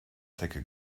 zecke